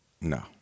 No